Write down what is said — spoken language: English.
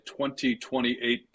2028